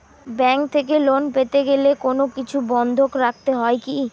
Bank থেকে loan পেতে গেলে কোনো কিছু বন্ধক রাখতে হয় কি?